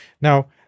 Now